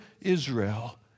Israel